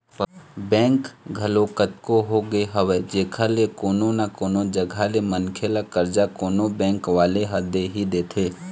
bank घलोक कतको होगे हवय जेखर ले कोनो न कोनो जघा ले मनखे ल करजा कोनो बेंक वाले ह दे ही देथे